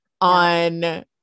on